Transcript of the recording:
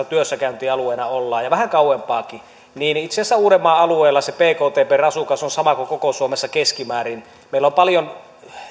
työssäkäyntialueena ja vähän kauemmaksikin niin itse asiassa uudenmaan alueella se bkt per asukas on sama kuin koko suomessa keskimäärin meillä on paljon